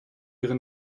ihre